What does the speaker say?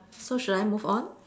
so should I move on